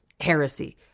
heresy